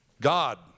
God